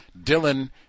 Dylan